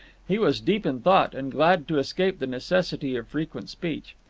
he was deep in thought, and glad to escape the necessity of frequent speech.